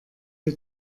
wir